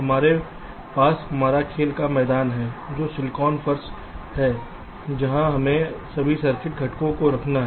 हमारे पास हमारा खेल का मैदान है जो सिलिकॉन फर्श है जहां हमें सभी सर्किट घटकों को रखना है